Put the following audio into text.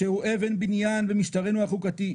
שהוא אבן בניין במשטרנו החוקתי,